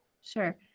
Sure